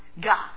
God